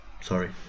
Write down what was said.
Sorry